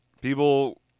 People